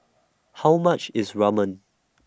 How much IS Ramen